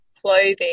clothing